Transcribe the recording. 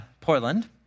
Portland